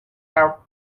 her